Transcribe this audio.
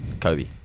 Kobe